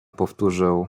powtórzył